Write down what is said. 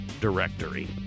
directory